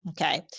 Okay